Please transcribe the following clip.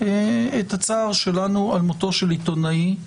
שמביעה את הצער שלנו על מותו של עיתונאי.